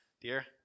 dear